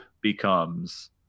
becomes